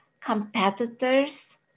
competitors